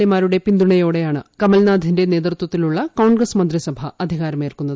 A മാരുടെ പിന്തുണയോടെയാണ് കമൽനാഥിന്റെ നേതൃത്വത്തിലുള്ള കോൺഗ്രസ് മന്ത്രിസഭ അധികാരമേറുന്നത്